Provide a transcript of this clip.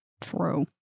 True